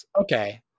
Okay